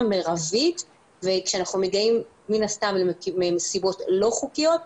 מרבית וכאשר אנחנו מגיעים מן הסתם למסיבות לא חוקיות,